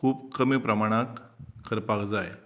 खूब कमी प्रमाणांत करपाक जाय